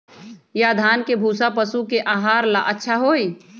या धान के भूसा पशु के आहार ला अच्छा होई?